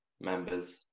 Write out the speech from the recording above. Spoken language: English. members